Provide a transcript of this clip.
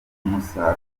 umusaruro